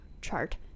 chart